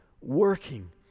working